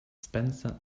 spencer